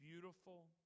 beautiful